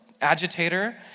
agitator